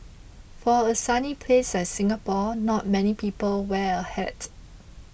for a sunny place like Singapore not many people wear a hat